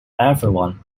everyone